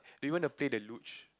do you want play the Luge